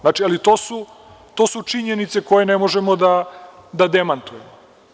Znači, to su činjenice koje ne možemo da demantujemo.